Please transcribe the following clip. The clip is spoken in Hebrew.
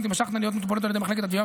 תמשכנה להיות מטופלות על ידי מחלקת התביעה